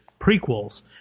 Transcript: prequels